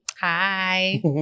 Hi